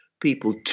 people